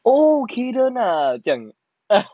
oh kayden ah 这样